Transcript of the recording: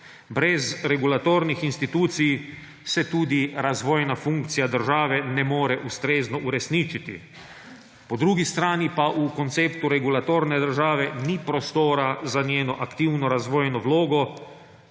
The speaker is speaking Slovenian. Brez regulatornih institucij se tudi razvojna funkcija države ne more ustrezno uresničiti. Po drugi strani pa v konceptu regulativne države ni prostora za njeno aktivno razvojno vlogo,